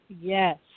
Yes